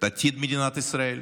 עתיד מדינת ישראל,